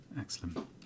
excellent